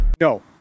No